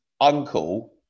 uncle